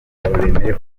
ruremire